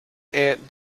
aunt